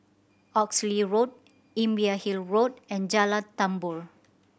Oxley Road Imbiah Hill Road and Jalan Tambur